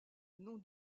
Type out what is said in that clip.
nom